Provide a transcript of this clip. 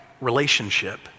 relationship